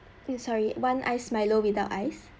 um sorry one ice milo without ice